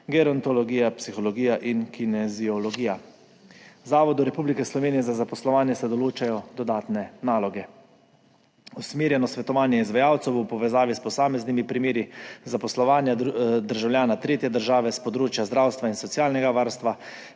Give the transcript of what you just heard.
gerontologija, psihologija in kineziologija. Zavodu Republike Slovenije za zaposlovanje se določajo dodatne naloge: usmerjeno svetovanje izvajalcev v povezavi s posameznimi primeri zaposlovanja državljana tretje države s področja zdravstva in socialnega varstva,